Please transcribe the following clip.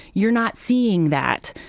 you're not seeing that,